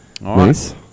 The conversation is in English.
Nice